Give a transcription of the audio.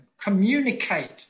Communicate